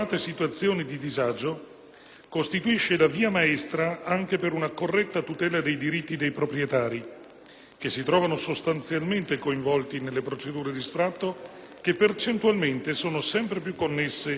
costituisce la via maestra anche per una corretta tutela dei diritti dei proprietari, che si trovano sostanzialmente coinvolti nelle procedure di sfratto, che percentualmente sono sempre più connesse alla morosità.